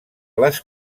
les